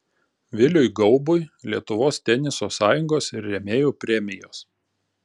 viliui gaubui lietuvos teniso sąjungos ir rėmėjų premijos